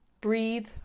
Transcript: breathe